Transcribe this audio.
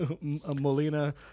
Molina